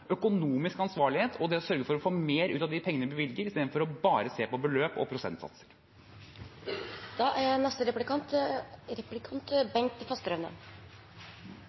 økonomisk ansvarlighet og det å sørge for å få mer ut av de pengene vi bevilger, i stedet for bare å se på beløp og